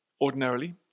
Ordinarily